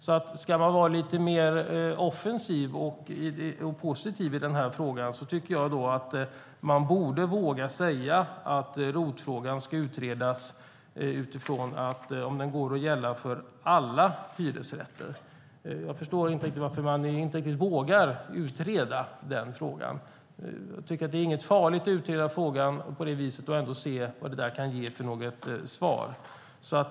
Om man ska vara lite mer offensiv och positiv i frågan tycker jag att man borde våga säga att ROT-frågan ska utredas utifrån att avdraget ska gälla för alla hyresrätter. Jag förstår inte varför man inte riktigt vågar utreda frågan. Det är inte farligt att utreda frågan och se vad den kan ge för svar.